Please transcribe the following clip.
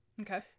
Okay